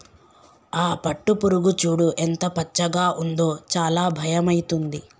ఆ పట్టుపురుగు చూడు ఎంత పచ్చగా ఉందో చాలా భయమైతుంది